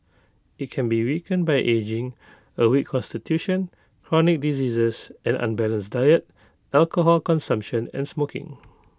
IT can be weakened by ageing A weak Constitution chronic diseases an unbalanced diet alcohol consumption and smoking